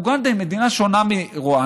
אוגנדה היא מדינה שונה מרואנדה.